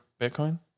Bitcoin